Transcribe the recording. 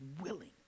willing